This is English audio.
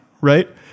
Right